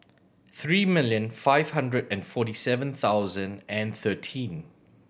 three million five hundred and forty seven thousand and thirteen